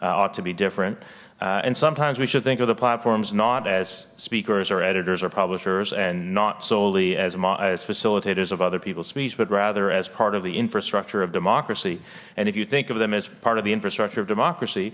platforms ought to be different and sometimes we should think of the platform's not as speakers or editors or publishers and not solely as ma as facilitators of other people's speech but rather as part of the infrastructure of democracy and if you think of them as part of the infrastructure of democracy